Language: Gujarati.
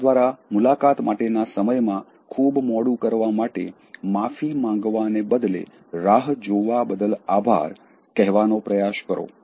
તમારા દ્વારા મુલાકાત માટેના સમયમાં ખૂબ મોડું કરવા માટે માફી માંગવાને બદલે રાહ જોવા બદલ આભાર કહેવાનો પ્રયાસ કરો